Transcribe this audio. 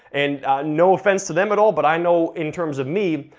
and no offense to them at all, but i know in terms of me,